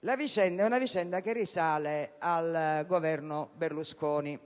La vicenda risale al Governo Berlusconi.